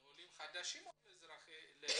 לעולים חדשים או לוותיקים?